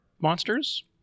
monsters